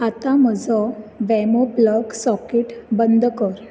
आतां म्हजो बेमो प्लग सॉकेट बंद कर